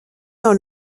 dans